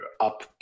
up